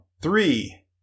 three